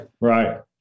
Right